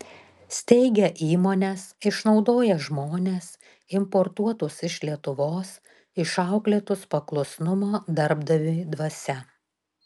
steigia įmones išnaudoja žmones importuotus iš lietuvos išauklėtus paklusnumo darbdaviui dvasia